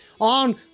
on